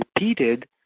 repeated